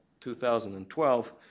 2012